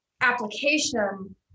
application